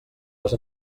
les